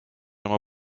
oma